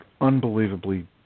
unbelievably